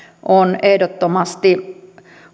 on ehdottomasti